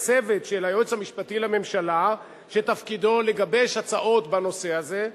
צוות של היועץ המשפטי לממשלה שתפקידו לגבש הצעות בנושא הזה,